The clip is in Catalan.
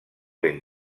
ben